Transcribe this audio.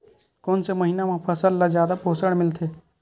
कोन से महीना म फसल ल जादा पोषण मिलथे?